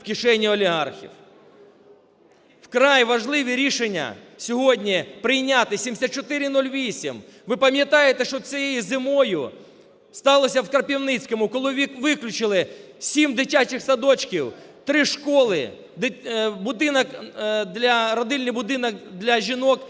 в кишені олігархів. Вкрай важливі рішення сьогодні прийняти 7408. Ви пам'ятаєте, що цією зимою сталося в Кропивницькому, коли виключили 7 дитячих садочків, 3 школи, родильний будинок для жінок,